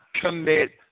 commit